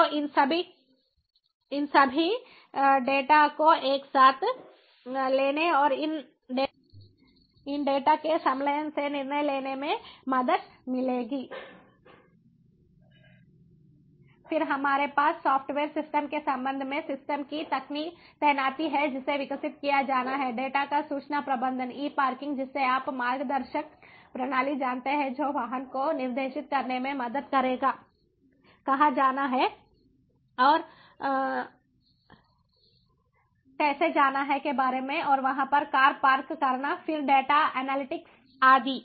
तो इन सभी डेटा को एक साथ लेने और इन डेटा के संलयन से निर्णय लेने में मदद मिलेगी फिर हमारे पास सॉफ्टवेयर सिस्टम के संबंध में सिस्टम की तैनाती है जिसे विकसित किया जाना है डेटा का सूचना प्रबंधन ई पार्किंग जिसे आप मार्गदर्शन प्रणाली जानते हैं जो वाहन को निर्देशित करने में मदद करेगाकहां जाना है और कैसे जाना है के बारे में और वहां पर कार पार्क करना फिर डेटा एनालिटिक्स आदि